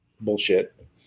bullshit